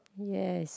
yes